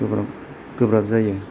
गोब्राब जायो